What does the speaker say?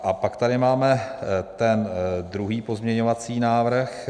A pak tady máme druhý pozměňovací návrh.